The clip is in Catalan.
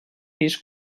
pis